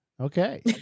Okay